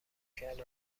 کردم